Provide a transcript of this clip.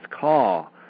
call